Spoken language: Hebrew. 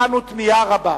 הבענו תמיהה רבה.